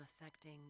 affecting